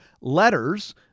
letters